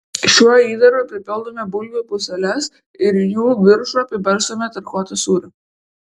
šiuo įdaru pripildome bulvių puseles ir jų viršų apibarstome tarkuotu sūriu